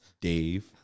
Dave